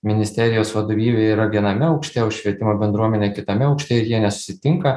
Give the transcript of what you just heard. ministerijos vadovybė yra viename aukšte o švietimo bendruomenė kitame aukšte ir jie nesusitinka